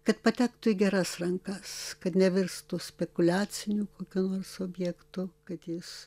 kad patektų į geras rankas kad nevirstų spekuliaciniu kokiu nors objektu kad jis